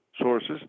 sources